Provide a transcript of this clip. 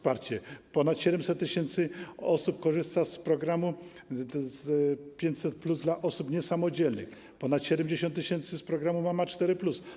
Ponad 700 tys. osób korzysta z programu 500+ dla osób niesamodzielnych, a ponad 70 tys. - z programu ˝Mama 4+˝